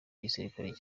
igisirikare